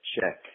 check